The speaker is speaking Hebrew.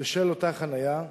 בשל אותה חנייה,